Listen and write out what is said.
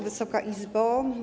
Wysoka Izbo!